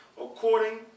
According